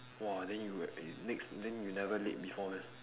!wah! then you eh next then you never late before meh